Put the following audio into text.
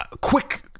quick